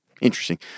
Interesting